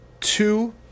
two